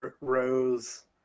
Rose